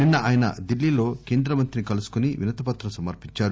నిన్న ఆయన ఢిల్లీలో కేంద్రమంత్రిని కలిసి వినతి పత్రం సమర్పించారు